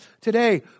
today